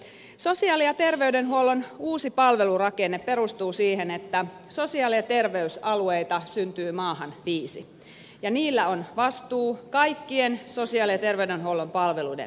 sosiaali ja terveydenhuollon uusi palvelurakenne perustuu siihen että sosiaali ja terveysalueita syntyy maahan viisi ja niillä on vastuu kaikkien sosiaali ja terveydenhuollon palveluiden järjestämisestä